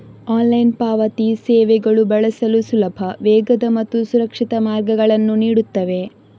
online ಪಾವತಿ ಸೇವೆಗಳು ಬಳಸಲು ಸುಲಭ, ವೇಗದ ಮತ್ತು ಸುರಕ್ಷಿತ ಮಾರ್ಗಗಳನ್ನು ನೀಡುತ್ತವೆ